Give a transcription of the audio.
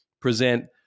present